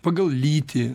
pagal lytį